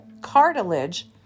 cartilage